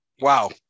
Wow